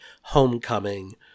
homecoming